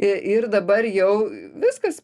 i ir dabar jau viskas